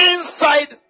Inside